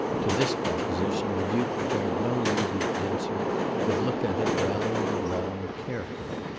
to this proposition the duke returned no immediate answer but looked at it round and round carefully.